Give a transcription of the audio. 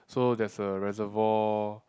so there's a reservoir